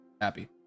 happy